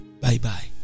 Bye-bye